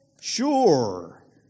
Sure